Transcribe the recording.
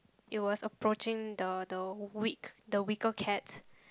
it was approaching the the weak the weaker cat